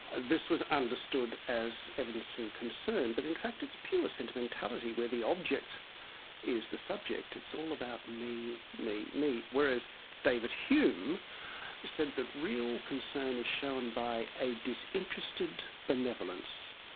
this was understood as evidence of concern but in fact it's pure sentimentality where the object is the subject, it's all about me, me, me. whereas david hume said that real concern is shown by a disinterested benevolence.